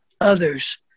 others